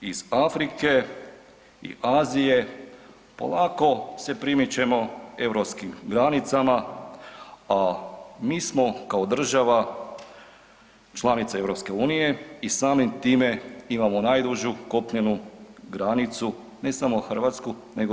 Iz Afrike i Azije polako se primičemo europskim granicama, a mi smo kao država članica EU i samim time imamo najdužu kopnenu granicu, ne samo hrvatsku nego EU.